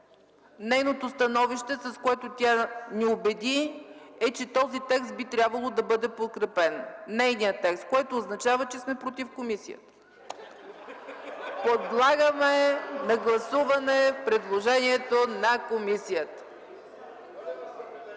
нейното становище, с което тя ни убеди, е, че нейният текст би трябвало да бъде подкрепен, което означава, че сме против комисията. (Смях.) Подлагам на гласуване предложението на комисията.